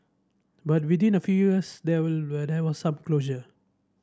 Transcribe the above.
but within a few years there were there was some closure